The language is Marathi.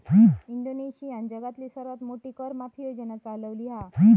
इंडोनेशियानं जगातली सर्वात मोठी कर माफी योजना चालवली हा